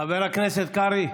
חבר הכנסת קרעי,